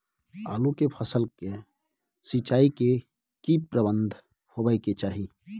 आलू के फसल के सिंचाई के की प्रबंध होबय के चाही?